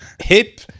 hip